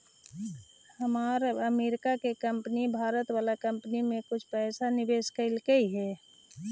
हमार अमरीका के कंपनी भारत वाला कंपनी में कुछ पइसा निवेश कैले हइ